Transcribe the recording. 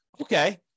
Okay